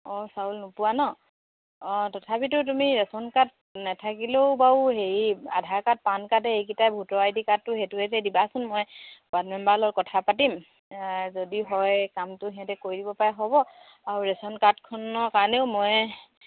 অঁ চাউল নোপোৱা ন অঁ তথাপিতো তুমি ৰেচন কাৰ্ড নাথাকিলেও বাৰু হেৰি আধাৰ কাৰ্ড পান কাৰ্ডে এইকেইটা ভোটৰ আই ডি কাৰ্ডটো সেইটোহেঁতে দিবাচোন মই ৱৰ্ড মেম্বাৰৰ লগত কথা পাতিম যদি হয় কামটো সিহঁতে কৰিব পাৰে হ'ব আৰু ৰেচন কাৰ্ডখনৰ কাৰণেও মই